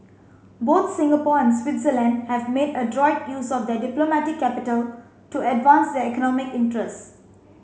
both Singapore and Switzerland have made adroit use of their diplomatic capital to advance their economic interests